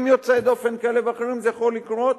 עם יוצאי דופן כאלה ואחרים, זה יכול לקרות,